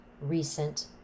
recent